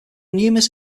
numerous